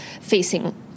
facing